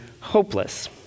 hopeless